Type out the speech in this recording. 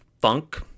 funk